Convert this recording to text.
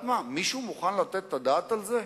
מישהו מוכן לתת את הדעת על זה?